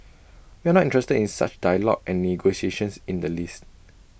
we are not interested in such dialogue and negotiations in the least